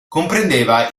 comprendeva